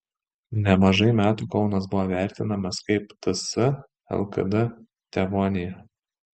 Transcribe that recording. nemažai metų kaunas buvo vertinamas kaip ts lkd tėvonija